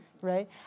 Right